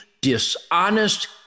dishonest